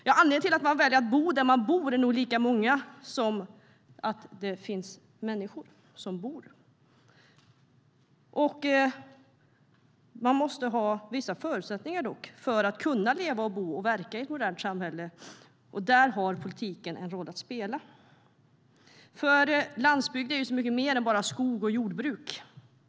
Anledningarna till att man har valt att bo där man bor är nog lika många som det finns människor som bor där. Det måste dock finnas vissa förutsättningar för att kunna leva, bo och verka i ett modernt samhälle. Där har politiken en roll att spela. Landsbygd är så mycket mer än bara skog och jordbruk.